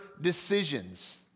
decisions